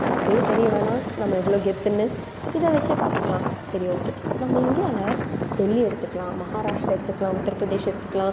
அப்போயே தெரிய வேணாம் நம்ம எவ்வளோ கெத்துன்னு இதை வெச்சே பார்த்துக்கலாம் சரி ஓகே நம்ம இந்தியாவில் டெல்லி எடுத்துக்கலாம் மகாராஷ்டிரா எடுத்துக்கலாம் உத்தரப் பிரதேசம் எடுத்துக்கலாம்